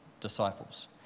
disciples